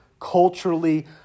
culturally